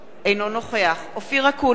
אינו נוכח אופיר אקוניס,